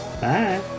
Bye